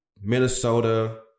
Minnesota